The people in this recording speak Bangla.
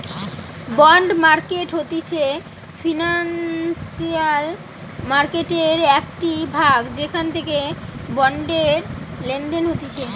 বন্ড মার্কেট হতিছে ফিনান্সিয়াল মার্কেটের একটিই ভাগ যেখান করে বন্ডের লেনদেন হতিছে